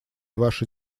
вашей